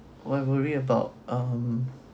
I worry about um